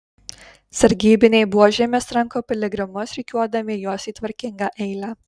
sargybiniai buožėmis tranko piligrimus rikiuodami juos į tvarkingą eilę